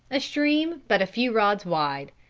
a stream but a few rods wide.